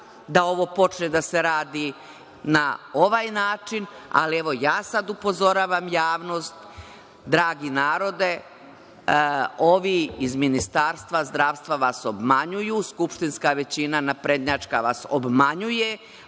da ovo počne da se radi na ovaj način. Ali, evo, ja sada upozoravam javnost – dragi narode, ovi iz Ministarstva zdravstva vas obmanjuju, skupštinska većina naprednjačka vas obmanjuje,